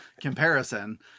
comparison